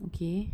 okay